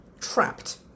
trapped